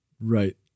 Right